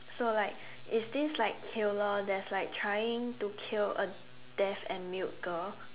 so like it's this like killer that's like trying to kill a deaf and mute girl